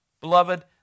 Beloved